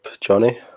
Johnny